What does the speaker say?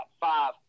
Five